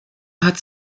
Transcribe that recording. hat